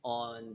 on